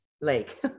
lake